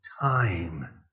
time